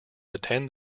attend